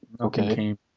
Okay